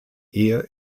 ehe